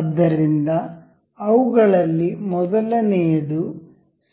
ಆದ್ದರಿಂದ ಅವುಗಳಲ್ಲಿ ಮೊದಲನೆಯದು